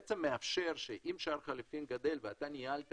מאפשר את זה שאם שער החליפין גדל ואתה ניהלת